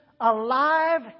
alive